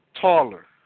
taller